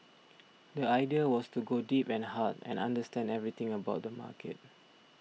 the idea was to go deep and hard and understand everything about the market